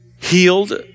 healed